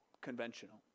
conventional